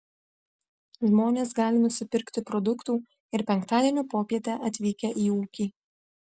žmonės gali nusipirkti produktų ir penktadienio popietę atvykę į ūkį